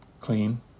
clean